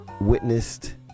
witnessed